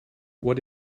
what